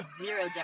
zero